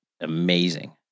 amazing